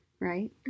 right